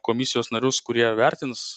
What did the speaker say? komisijos narius kurie vertins